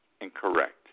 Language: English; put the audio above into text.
incorrect